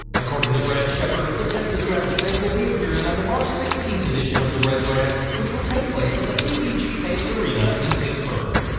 according to brad shepard, the texas rattlesnake will be appearing on the march sixteenth edition of the red brand, which will take place at the ppg paints arena in pittsburgh.